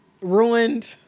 ruined